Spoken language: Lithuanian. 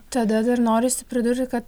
tada dar norisi pridurti kad